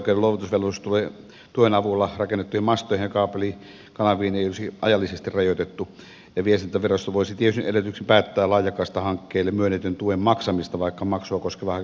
käyttöoikeuden luovutusvelvollisuus tuen avulla rakennettuihin mastoihin ja kaapelikanaviin ei olisi ajallisesti rajoitettu ja viestintävirasto voisi tietyin edellytyksin päättää laajakaistahankkeelle myönnetyn tuen maksamisesta vaikka maksua koskeva hakemus on viivästynyt